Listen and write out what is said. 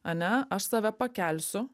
ane aš tave pakelsiu